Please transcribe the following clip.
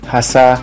Hasa